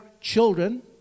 children